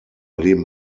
leben